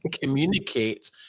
communicate